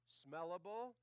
smellable